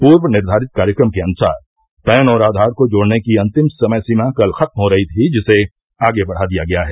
पूर्व निर्धारित कार्यक्रम के अनुसार पैन और आघार को जोड़ने की अंतिम समय सीमा कल खत्म हो रही थी जिसे आगे बढ़ा दिया गया है